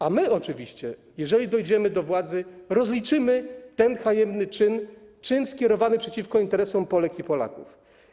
A my oczywiście, jeżeli dojdziemy do władzy, rozliczymy ten haniebny czyn, czyn skierowany przeciwko interesom Polek i Polaków.